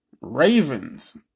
Ravens